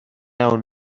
iawn